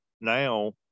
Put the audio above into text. now